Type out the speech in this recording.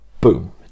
boom